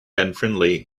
unfriendly